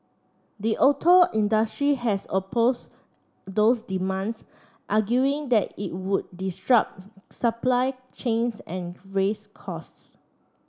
the auto industry has oppose those demands arguing that it would disrupt supply chains and raises costs